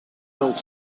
telt